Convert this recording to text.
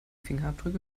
fingerabdrücke